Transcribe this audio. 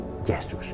Jesus